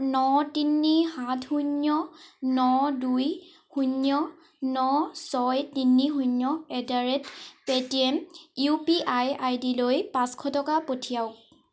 ন তিনি সাত শূন্য ন দুই শূন্য ন ছয় তিনি শূন্য at the rate Paytm UPI আইডিলৈ পাঁচশ টকা পঠিৱাওক